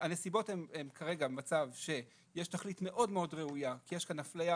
הנסיבות הן כרגע מצב שיש תכלית מאוד מאוד ראויה כי יש כאן אפליה